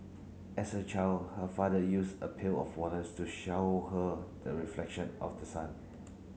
as a child her father used a pail of waters to show her the reflection of the sun